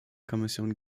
kommission